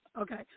okay